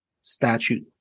statute